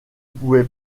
pouvait